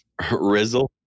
Rizzle